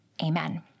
Amen